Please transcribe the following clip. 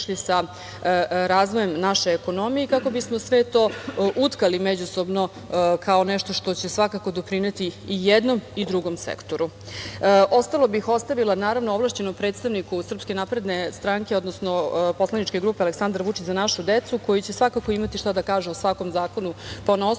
i kako bismo sve to utkali međusobno kao nešto što će svakako doprineti i jednom i drugom sektoru. Ostalo bih ostavila ovlašćenom predstavniku Srpske napredne stranke, odnosno poslaničkoj grupi „Aleksandar Vučić – za našu decu“, koji će svakako imati šta da kažu o svakom zakonu ponaosob. Ja